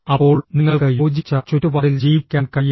അപ്പോൾ നിങ്ങൾക്ക് യോജിച്ച ചുറ്റുപാടിൽ ജീവിക്കാൻ കഴിയും